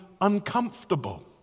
uncomfortable